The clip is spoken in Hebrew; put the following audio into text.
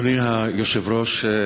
אדוני היושב-ראש,